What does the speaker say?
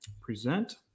Present